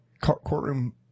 courtroom